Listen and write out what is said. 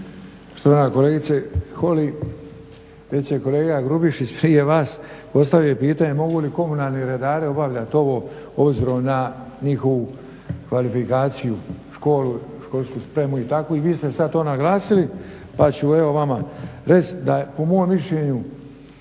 Štovana kolegice Holy, već je kolega Grubišić prije vas postavio pitanje mogu li komunalni redari obavljati ovo obzirom na njihovu kvalifikaciju, školu, školsku spremu i tako. I vi ste sad to naglasili pa ću evo vama reći da po mom mišljenju